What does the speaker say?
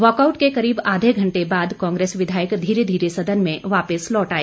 walkout के करीब आधे घण्टे बाद कांग्रेस विधायक धीरे धीरे सदन में वापिस लौट आए